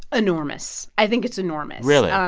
enormous i think it's enormous really? um